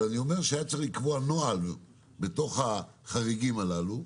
אבל הייתי אומר שהיה צריך לקבוע נוהל בתוך החריגים הללו,